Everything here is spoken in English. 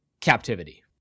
captivity